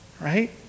right